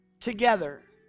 together